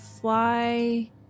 fly